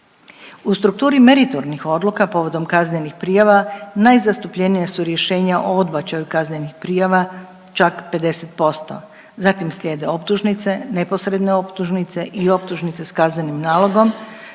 U strukturi meritornih odluka povodom kaznenih prijava najzastupljenija su rješenja o odbačaju kaznenih prijava čak 50%, zatim slijede optužnice, neposredne optužnice i optužnice s kaznenim nalogom